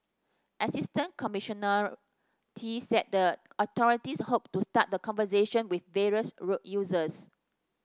Assistant Commissioner Tee said the authorities hoped to start the conversation with various road users